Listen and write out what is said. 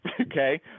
okay